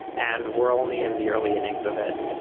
and we're only in the early innings of it.